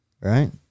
Right